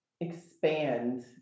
expand